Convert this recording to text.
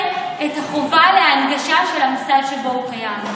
את החובה להנגשה של המוסד שבו הוא פועל,